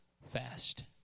Fast